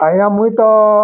ଆଜ୍ଞା ମୁଇଁ ତ